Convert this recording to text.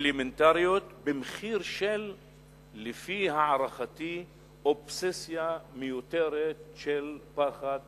אלמנטריות במחיר שלפי הערכתי הוא אובססיה מיותרת של פחד